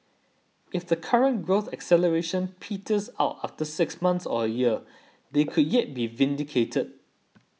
if the current growth acceleration peters out after six months or a year they could yet be vindicated